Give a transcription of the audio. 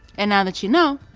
and now that you know,